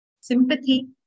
sympathy